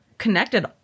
Connected